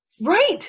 right